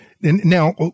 now